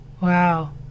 Wow